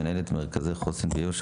מנהלת מרכזי חוסן ביו"ש,